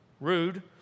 Rude